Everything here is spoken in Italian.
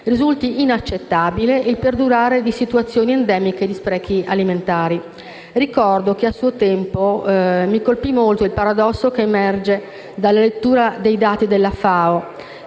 risulti inaccettabile il perdurare di situazioni endemiche di sprechi alimentari. Ricordo che a suo tempo mi colpì molto il paradosso che emerge dalla lettura dei dati della FAO: